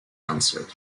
answered